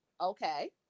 Okay